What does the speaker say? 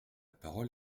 parole